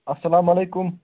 السلام علیکُم